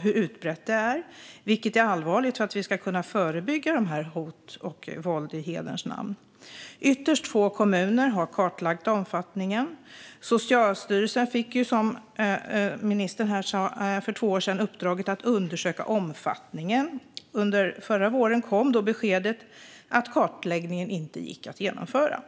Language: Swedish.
hur utbrett det är, vilket är allvarligt om vi ska kunna förebygga hot och våld i hederns namn. Ytterst få kommuner har kartlagt omfattningen. Som ministern sa fick Socialstyrelsen för två år sedan uppdraget att undersöka omfattningen, och under förra våren kom beskedet att kartläggningen inte gick att genomföra.